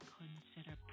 consider